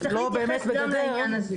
צריך להתייחס גם לעניין הזה.